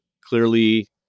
clearly